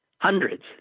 hundreds